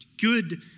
good